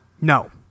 No